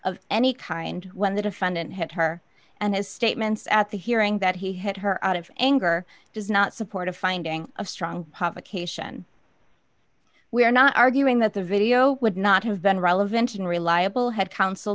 of any kind when the defendant hit her and his statements at the hearing that he hit her out of anger does not support a finding of strong publication we are not arguing that the video would not have been relevant and reliable had coun